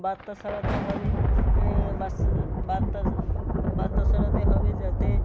বার্তা ছড়াতে হবে বার্তা বার্তা ছড়াতে হবে যাতে